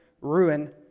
ruin